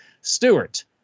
Stewart